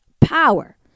power